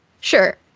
Sure